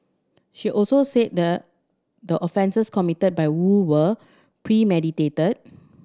she also said the the offences committed by Woo were premeditated